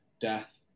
death